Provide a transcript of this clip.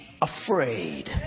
afraid